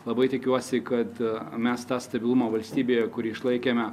labai tikiuosi kad mes tą stabilumą valstybėje kurį išlaikėme